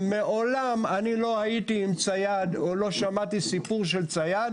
מעולם אני לא הייתי עם צייד או לא שמעתי סיפור של צייד